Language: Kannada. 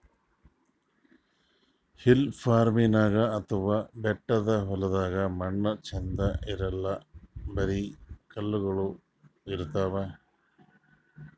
ಹಿಲ್ ಫಾರ್ಮಿನ್ಗ್ ಅಥವಾ ಬೆಟ್ಟದ್ ಹೊಲ್ದಾಗ ಮಣ್ಣ್ ಛಂದ್ ಇರಲ್ಲ್ ಬರಿ ಕಲ್ಲಗೋಳ್ ಇರ್ತವ್